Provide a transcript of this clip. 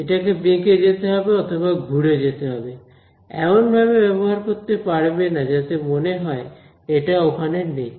এটাকে বেঁকে যেতে হবে অথবা ঘুরে যেতে হবে এমন ভাবে ব্যবহার করতে পারবে না যাতে মনে হয় এটা ওখানে নেই